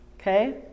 Okay